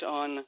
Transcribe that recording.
on